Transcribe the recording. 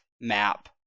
map